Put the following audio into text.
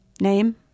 name